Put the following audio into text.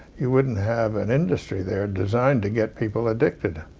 you wouldn't have an industry. they're designed to get people addicted.